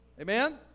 Amen